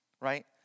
Right